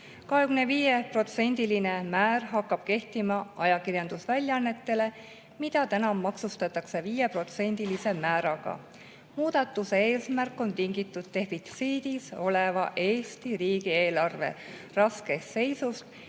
määr hakkab kehtima ajakirjandusväljaannete kohta, mida praegu maksustatakse 5%‑lise määraga. Muudatuse eesmärk on tingitud defitsiidis oleva Eesti riigieelarve raskest seisust